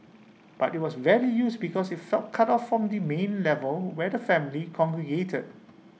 but IT was rarely used because IT felt cut off from the main level where the family congregated